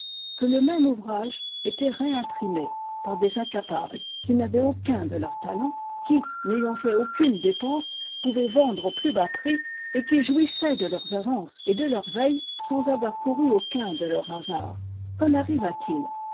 que le même ouvrage était réimprimé par des incapables qui n'avaient aucun de leurs talents qui n'ayant fait aucune dépense pouvaient vendre à plus bas prix et qui jouissaient de leurs avances et de leurs veilles sans avoir couru aucun de leurs hasards qu'en arriva t